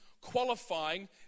qualifying